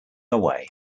away